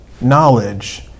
Knowledge